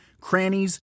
crannies